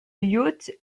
yacht